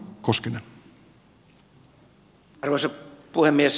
arvoisa puhemies